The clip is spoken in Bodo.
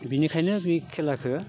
बेनिखायनो बि खेलाखौ